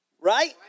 right